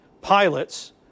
pilots